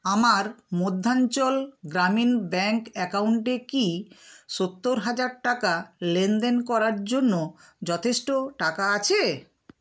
আমার মধ্যাঞ্চল গ্রামীণ ব্যাঙ্ক অ্যাকাউন্টে কি সত্তর হাজার টাকা লেনদেন করার জন্য যথেষ্ট টাকা আছে